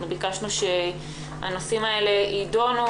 שביקשנו שיידונו.